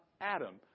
Adam